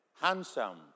handsome